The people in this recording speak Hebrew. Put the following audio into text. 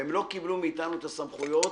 והם לא קיבלו מאתנו את הסמכויות